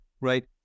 right